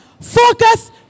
Focus